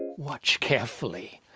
watch carefully.